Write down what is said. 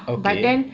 okay